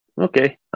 Okay